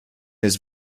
his